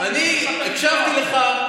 אני הקשבתי לך,